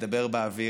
מדבר באוויר.